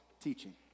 teaching